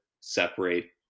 separate